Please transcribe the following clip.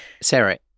Sarah